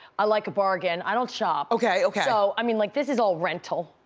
i like a bargain, i don't shop. okay, okay. so, i mean like this is all rental.